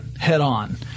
head-on